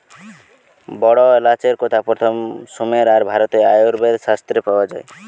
বড় এলাচের কথা প্রথম সুমের আর ভারতের আয়ুর্বেদ শাস্ত্রে পাওয়া যায়